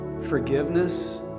forgiveness